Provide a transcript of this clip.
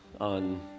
on